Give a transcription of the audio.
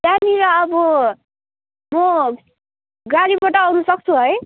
त्यहाँनिर अब म गाडीबाट आउनसक्छु है